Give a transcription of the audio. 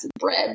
bread